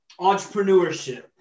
entrepreneurship